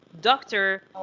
doctor